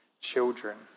children